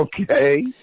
Okay